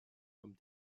comme